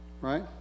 Right